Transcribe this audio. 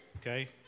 Okay